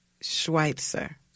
Schweitzer